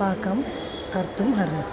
पाकं कर्तुमर्हसि